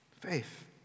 Faith